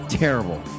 Terrible